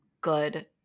good